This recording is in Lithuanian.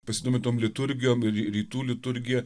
pasidomi tom liturgijom ir rytų liturgija